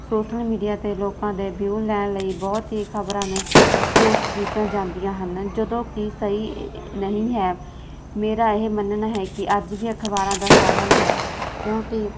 social media 'ਤੇ ਲੋਕਾਂ ਦੇ ਵਿਊ ਲੈਣ ਲਈ ਬਹੁਤ ਹੀ ਖ਼ਬਰਾਂ ਨੂੰ ਪੋਸਟ ਕੀਤਾ ਜਾਂਦੀਆਂ ਹਨ ਜਦੋਂ ਕਿ ਸਹੀ ਨਹੀਂ ਹੈ ਮੇਰਾ ਇਹ ਮੰਨਣਾ ਹੈ ਕਿ ਅੱਜ ਵੀ ਅਖ਼ਬਾਰਾਂ ਦਾ ਸਾਧਨ ਹੈ ਕਿਉਂਕਿ